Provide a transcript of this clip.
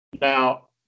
Now